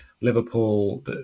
Liverpool